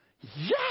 Yes